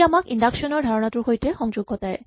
ই আমাক ইন্ডাক্টচন ৰ ধাৰণাটোৰ সৈতে সংযোগ ঘটায়